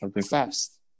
fast